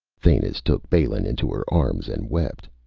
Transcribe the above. thanis took balin into her arms, and wept.